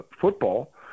football